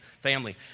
Family